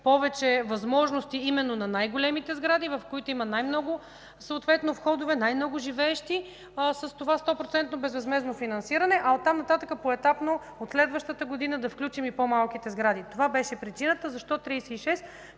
повече възможности именно на най-големите сгради, в които има най много входове, най-много живеещи, с това 100-процентно безвъзмездно финансиране, оттам нататък поетапно, от следващата година да включим и по-малките сгради. Това беше причината. Защо 36?